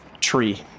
Tree